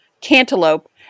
cantaloupe